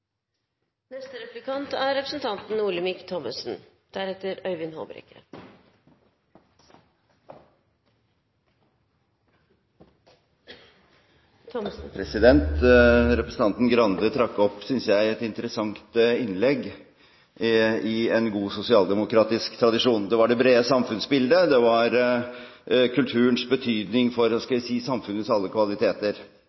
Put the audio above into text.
Representanten Stokkan-Grande trakk opp, syntes jeg, et interessant innlegg – i en god sosialdemokratisk tradisjon. Det var det brede samfunnsbildet, det var kulturens betydning for